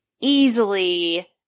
easily